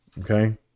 Okay